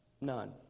None